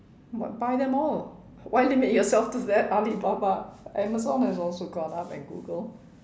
buy them all why limit yourself to that Alibaba Amazon has also gone up and Google